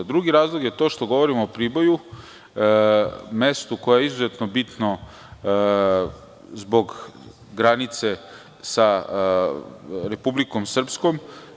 Drugi razlog je to što govorimo o Priboju, o mestu koje je izuzetno bitno zbog granice sa Republikom Srpskom.